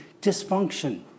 dysfunction